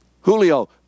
Julio